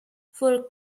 for